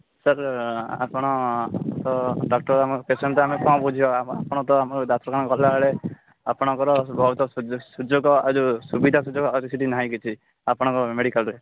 sir ଆପଣ ତ doctor ଆମର ପେସେଣ୍ଟ୍କୁ ଆମେ କ'ଣ ବୁଝାଇବା ଆପଣ ତ ଆମ ଡାକ୍ତରଖାନା ଗଲା ବେଳେ ଆପଣଙ୍କର ବହୁତ ସୁଯୋଗ ଏହି ଯେଉଁ ସୁବିଧା ସୁଯୋଗ ଆଉ ତ ସେଇଠି ନାହିଁ କିଛି ଆପଣଙ୍କ ମେଡ଼ିକାଲ୍ରେ